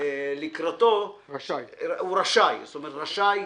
לקראתו - הוא רשאי, זאת אומרת, רשאי.